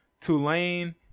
Tulane